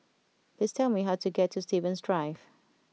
please tell me how to get to Stevens Drive